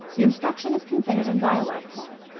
the instruction is conveyed in dialogue form,